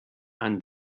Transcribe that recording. and